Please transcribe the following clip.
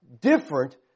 different